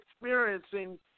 experiencing